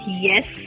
Yes